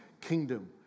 kingdom